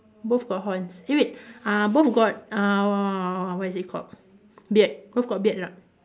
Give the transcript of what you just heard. both got horns eh wait uh both got uh what is it called beard both got beard or not